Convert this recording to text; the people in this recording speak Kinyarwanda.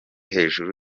hejuru